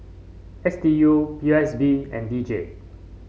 S D U P O S B and D J